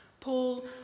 Paul